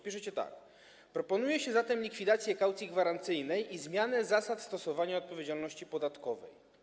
Piszecie tak: Proponuje się zatem likwidację kaucji gwarancyjnej i zmianę zasad stosowania odpowiedzialności podatkowej.